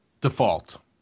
Default